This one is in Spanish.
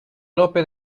lope